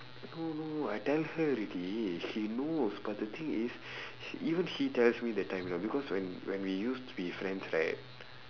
no no no I tell her already she knows but the thing is sh~ even she tells me that time you know because when when we used to be friends right